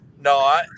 No